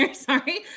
Sorry